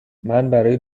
برای